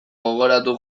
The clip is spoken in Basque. gogoratu